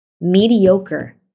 mediocre